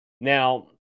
Now